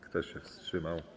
Kto się wstrzymał?